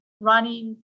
running